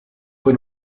fue